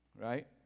right